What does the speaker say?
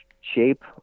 shape